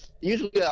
usually